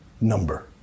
number